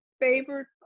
favorite